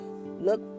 look